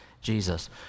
Jesus